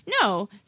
no